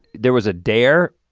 there was a dare.